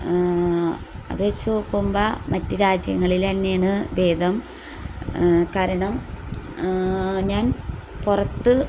അത് വച്ച് നോക്കുമ്പം മറ്റു രാജ്യങ്ങളിൽ തന്നെയാണ് ഭേദം കാരണം ഞാൻ പുറത്ത്